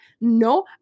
no